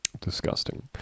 Disgusting